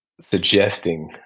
suggesting